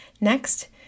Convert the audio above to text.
Next